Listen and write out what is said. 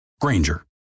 Granger